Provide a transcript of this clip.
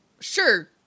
sure